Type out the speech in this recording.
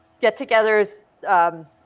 get-togethers –